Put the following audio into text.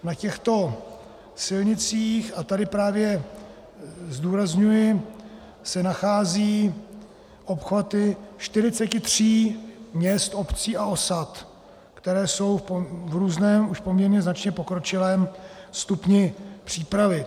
Na těchto silnicích, a tady právě zdůrazňuji, se nacházejí obchvaty 43 měst, obcí a osad, které jsou v různém už poměrně značně pokročilém stupni přípravy.